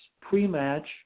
pre-match